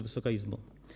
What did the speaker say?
Wysoka Izbo!